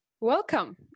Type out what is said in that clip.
Welcome